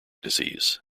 disease